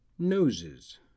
noses